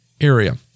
area